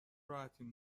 راحتین